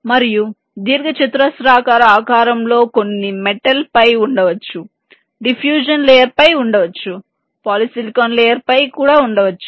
మరియు దీర్ఘచతురస్రాకార ఆకారంలో కొన్ని మెటల్ పై ఉండవచ్చు డిఫ్యూజన్ లేయర్ పై ఉండవచ్చు పాలిసిలికాన్ లేయర్ పై ఉండవచ్చు